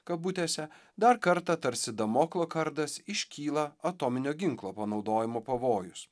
kabutėse dar kartą tarsi damoklo kardas iškyla atominio ginklo panaudojimo pavojus